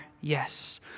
yes